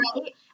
Right